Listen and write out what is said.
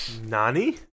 Nani